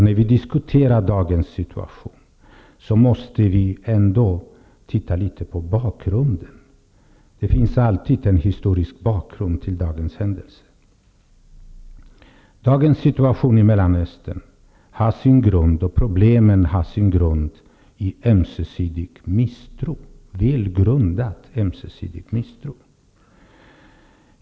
När vi diskuterar dagens situation, måste vi ändå titta litet på bakgrunden. Det finns alltid en historisk bakgrund till dagens händelser. Dagens situation i Mellanöstern och de aktuella problemen har sin grund i ömsesidig, välgrundad misstro.